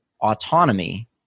autonomy